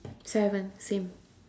seven same